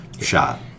shot